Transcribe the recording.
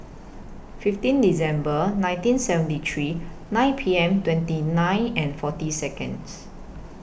fifteen December nineteen seventy three nine P M twenty nine and forty Seconds